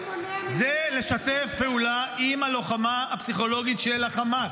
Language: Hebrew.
מי מונע ממנו --- זה לשתף פעולה עם הלוחמה הפסיכולוגית של החמאס,